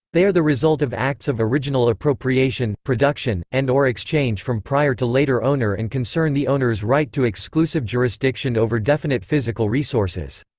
they are the result of acts of original appropriation, production, and or exchange from prior to later owner and concern the owner's right to exclusive jurisdiction over definite physical resources.